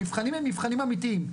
המבחנים הם מבחנים אמיתיים.